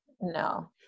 No